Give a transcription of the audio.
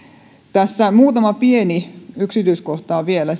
tässä muutama pieni yksityiskohta vielä